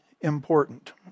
important